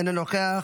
אינו נוכח,